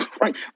right